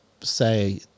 say